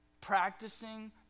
practicing